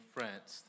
France